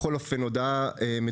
נעולה.